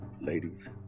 Ladies